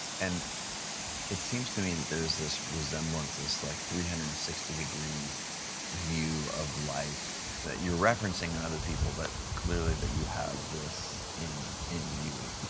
and it seems to me that there's this resemblance, this like three hundred and sixty degree view of life that you're referencing in other people, but clearly that you have this in in you.